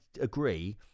agree